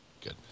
Good